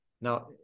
now